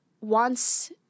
wants